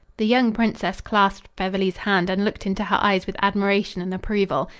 the young princess clasped beverly's hand and looked into her eyes with admiration and approval.